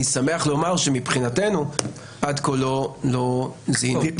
אני שמח לומר שמבחינתנו עד כה לא זיהינו את הדבר הזה.